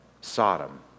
Sodom